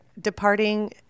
departing